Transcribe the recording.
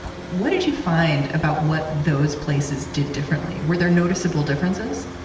what did you find about what those places did differently? were there noticeable differences?